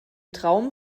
traum